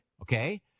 okay